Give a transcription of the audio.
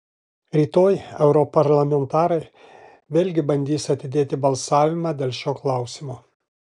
rytoj europarlamentarai vėlgi bandys atidėti balsavimą dėl šio klausimo